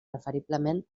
preferiblement